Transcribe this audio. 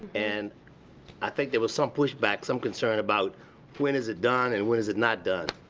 and i think there was some push back, some concern about when is it done, and when is it not done.